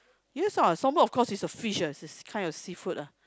yes lah salmon of course is a fish ah it's kind of seafood ah